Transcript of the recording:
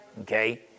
Okay